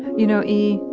you know, e,